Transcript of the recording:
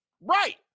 Right